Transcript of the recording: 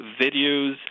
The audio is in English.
videos